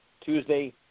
Tuesday